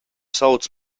sauc